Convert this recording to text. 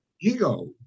ego